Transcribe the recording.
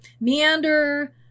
Meander